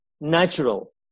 natural